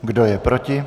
Kdo je proti?